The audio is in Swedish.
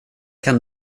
kan